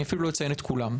אני אפילו לא אציין את כולן.